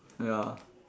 ya